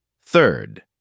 Third